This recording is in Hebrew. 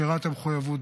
שהראה את המחויבות,